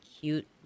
cute